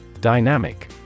Dynamic